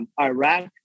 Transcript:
Iraq